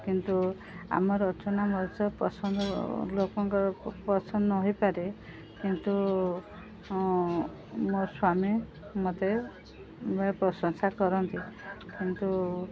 କିନ୍ତୁ ଆମର ରଚନା ମଧ୍ୟ ପସନ୍ଦ ଲୋକଙ୍କ ପସନ୍ଦ ନ ହୋଇପାରେ କିନ୍ତୁ ମୋ ସ୍ୱାମୀ ମୋତେ ପ୍ରଶଂସା କରନ୍ତି କିନ୍ତୁ